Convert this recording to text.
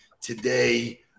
today